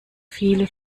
viele